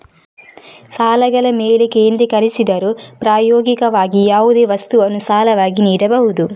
ಸಾಲಗಳ ಮೇಲೆ ಕೇಂದ್ರೀಕರಿಸಿದರೂ, ಪ್ರಾಯೋಗಿಕವಾಗಿ, ಯಾವುದೇ ವಸ್ತುವನ್ನು ಸಾಲವಾಗಿ ನೀಡಬಹುದು